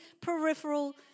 peripheral